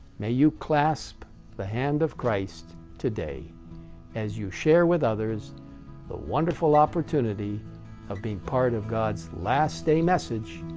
may you clasp the hand of christ today as you share with others the wonderful opportunity of being part of god's last day message,